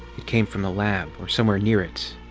it came from the lab, or somewhere near it.